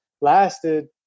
lasted